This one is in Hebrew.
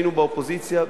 היינו באופוזיציה,